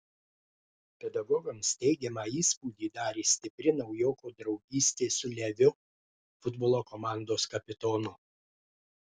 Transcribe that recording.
pedagogams teigiamą įspūdį darė stipri naujoko draugystė su leviu futbolo komandos kapitonu